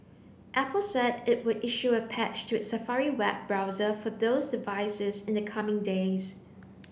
apple said it would issue a patch to its Safari web browser for those devices in the coming days